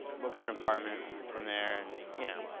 look for an apartment from there. and you know,